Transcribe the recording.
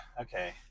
okay